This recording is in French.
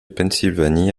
pennsylvanie